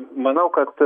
manau kad